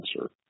answer